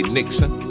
Nixon